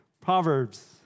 Proverbs